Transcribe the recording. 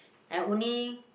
I only